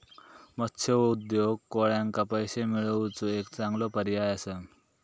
मत्स्य उद्योग कोळ्यांका पैशे मिळवुचो एक चांगलो पर्याय असा